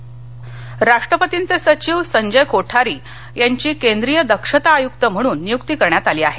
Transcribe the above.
दक्षता राष्ट्रपतींचे सचिव संजय कोठारी यांची केंद्रीय दक्षता आयुक्त म्हणून नियुक्ती करण्यात आली आहे